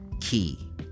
key